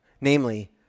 Namely